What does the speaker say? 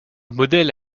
modèle